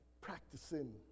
practicing